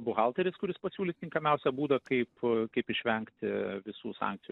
buhalteris kuris pasiūlys tinkamiausią būdą kaip kaip išvengti visų sankcijų